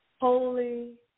holy